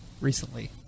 recently